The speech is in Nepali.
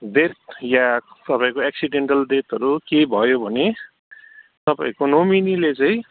डेथ या तपाईँको एक्सिडेन्टल डेथहरू केही भयो भने तपाईँको नोमिनीले चाहिँ